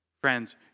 Friends